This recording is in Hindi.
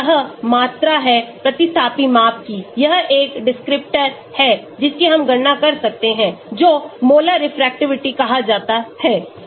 यह मात्रा है प्रतिस्थापी माप की यह एकdescriptor है जिसकी हम गणना कर सकते हैं जिसे मोलर रेफ्रेक्टिविटी कहा जाता है